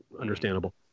Understandable